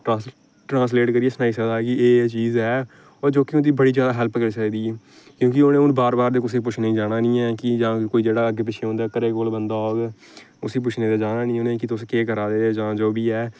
trans translate करियै सनाई सकदा कि एह् चीज ऐ ओह् जेह्की होंदी बड़ी जादा हैल्प करी सकदी क्योंकि उनें बार बार कुसै गी जाने गी पुच्छना निं ऐ कि जां कोई जेह्ड़ा अग्गें पिच्छें उं'दे घरे कोल कोई बंदा होग उसी पुच्छने गी जानी निं ऐ उ'नेंगी के तुस केह् करा दे ओ जां जो बी ऐ